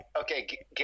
Okay